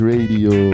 Radio